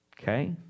Okay